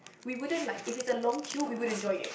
we wouldn't like if it's a long queue we wouldn't join it